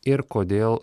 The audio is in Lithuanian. ir kodėl